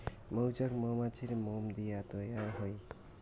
মৌচাক মৌমাছির মোম দিয়া তৈয়ার হই